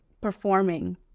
performing